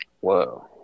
Whoa